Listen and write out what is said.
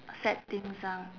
sad things ah